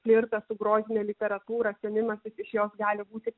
flirtas su grožine literatūra sėmimasis iš jos gali būti